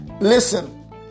Listen